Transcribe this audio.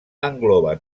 engloba